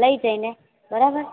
લઈ જઈને બરાબર